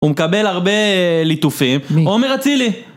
הוא מקבל הרבה ליטופים. מי? עומר אצילי